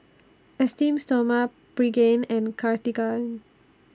Esteem Stoma Pregain and Cartigain